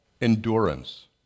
endurance